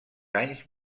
anys